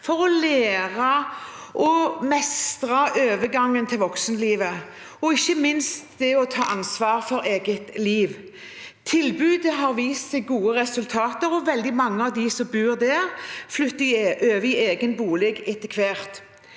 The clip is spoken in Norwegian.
for å lære å mestre overgangen til voksenlivet, og ikke minst å ta ansvar for eget liv. Tilbudet har vist gode resultater, og veldig mange av dem som bor der, flytter over i egen bolig etter hvert.